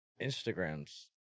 Instagram's